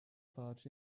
barge